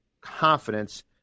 confidence